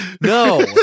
no